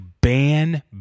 ban